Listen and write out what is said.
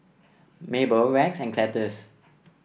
Mable Rex and Cletus